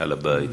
על הבית.